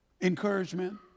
encouragement